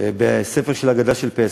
הייתי בביקור אצלו בכלא.